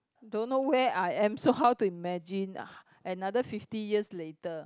don't know where I am so how to imagine ah another fifty years later